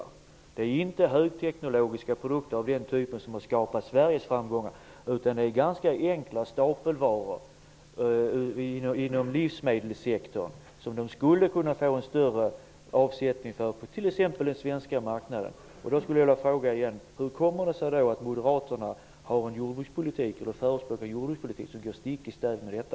De fattiga länderna kan inte producera högteknologiska produkter av den typen som har skapat Sveriges framgångar, utan de kan producera ganska enkla stapelvaror inom livsmedelssektorn, som de skulle kunna få en större avsättning för, t.ex. på den svenska marknaden. Jag vill då fråga: Hur kommer det sig att moderaterna förespråkar en jordbrukspolitik som går stick i stäv mot detta?